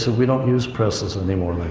so we don't use presses and anymore. like,